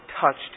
touched